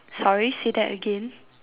sorry say that again